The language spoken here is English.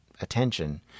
attention